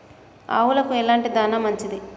ఆవులకు ఎలాంటి దాణా మంచిది?